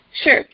Sure